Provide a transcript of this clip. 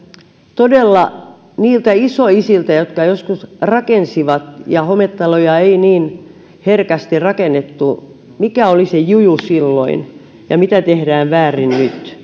todella niiltä isoisiltä jotka joskus rakensivat silloin hometaloja ei niin herkästi rakennettu mikä oli se juju silloin ja mitä tehdään